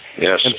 Yes